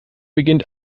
beginnt